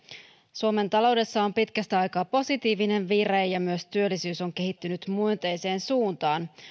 suomen taloudessa on pitkästä aikaa positiivinen vire ja myös työllisyys on kehittynyt myönteiseen suuntaan